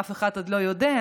כי אף אחד עוד לא יודע.